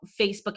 Facebook